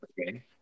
Okay